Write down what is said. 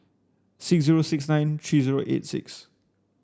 six zero six nine three zero eight six